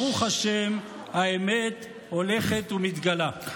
ברוך השם, האמת הולכת ומתגלה.